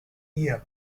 year